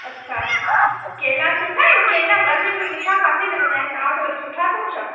अच्छा केला सुठा आहिनि केला गर्मियुनि में सुठा किते मिलंदा आहिनि तव्हां वटि वरी सुठा अथव छा